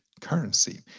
currency